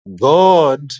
God